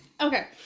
okay